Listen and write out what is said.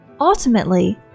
Ultimately